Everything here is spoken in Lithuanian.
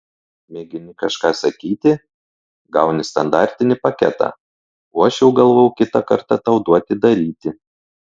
mėgini kažką sakyti gauni standartinį paketą o aš jau galvojau kitą kartą tau duoti daryti